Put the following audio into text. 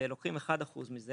ולוקחים מזה אחוז אחד.